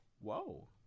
whoa